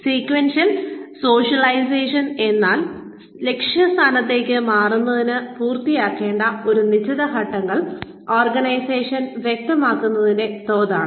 sequential socialisation എന്നാൽ ലക്ഷ്യസ്ഥാനത്തേക്ക് മുന്നേറുന്നതിന് പൂർത്തിയാക്കേണ്ട ഒരു നിശ്ചിത ഘട്ടങ്ങൾ ഓർഗനൈസേഷൻ വ്യക്തമാക്കുന്നതിന്റെ തോതാണ്